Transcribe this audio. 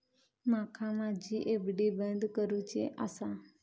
माका माझी एफ.डी बंद करुची आसा